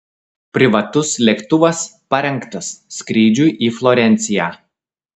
privatus lėktuvas parengtas skrydžiui į florenciją